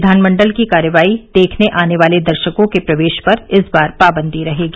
विधानमंडल की कार्रवाई देखने आने वाले दर्शकों के प्रवेश पर इस बार पाबंदी रहेगी